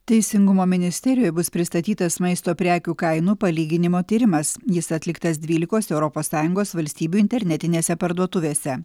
teisingumo ministerijoj bus pristatytas maisto prekių kainų palyginimo tyrimas jis atliktas dvylikos europos sąjungos valstybių internetinėse parduotuvėse